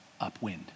upwind